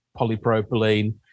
polypropylene